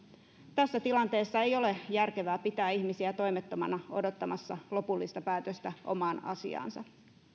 tässä tilanteessa ei ole järkevää pitää ihmisiä toimettomana odottamassa lopullista päätöstä omaan asiaansa